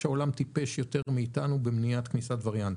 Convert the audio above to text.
שהעולם טיפש יותר מאיתנו במניעת כניסת וריאנטים.